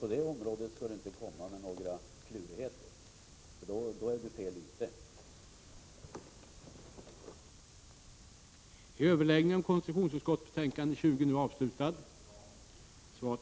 Vi har i riksdagen varit eniga om att så skall det vara.